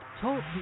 Talk